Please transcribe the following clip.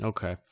Okay